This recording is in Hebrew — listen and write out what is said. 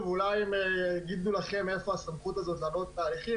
אולי הם יגידו לכם מאין להם הסמכות לעשות זאת,